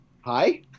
hi